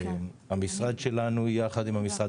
המשרד שלנו יחד עם המשרד